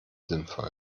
sinnvoll